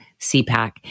CPAC